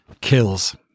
kills